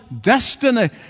destiny